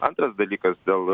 antras dalykas dėl